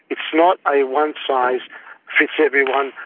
it's not a one size fits everyone,